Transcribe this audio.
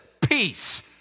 peace